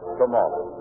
tomorrow